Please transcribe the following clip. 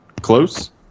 close